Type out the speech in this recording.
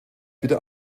wieder